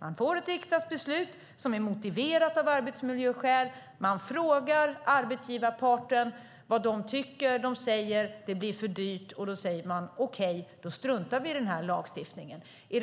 Man får ett riksdagsbeslut som är motiverat av arbetsmiljöskäl. Man frågar arbetsgivarparten vad de tycker. De säger att det blir för dyrt, och då säger man: Okej, då struntar vi i den här lagstiftningen. Om det